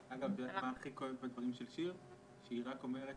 הדבר הכי כואב בדבריה של שיר הוא שהיא אומרת